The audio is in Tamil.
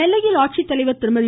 நெல்லையில் ஆட்சித்தலைவர் திருமதி